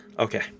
Okay